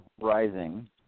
Rising